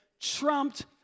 trumped